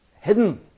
hidden